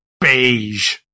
beige